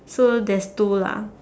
so there's two lah